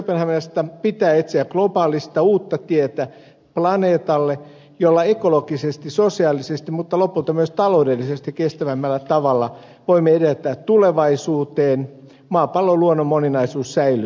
kööpenhaminasta pitää etsiä planeetalle globaalista uutta tietä jolla ekologisesti sosiaalisesti mutta lopulta myös taloudellisesti kestävämmällä tavalla voimme edetä tulevaisuuteen maapallon luonnon moninaisuus säilyttäen